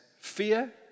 fear